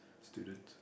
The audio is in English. students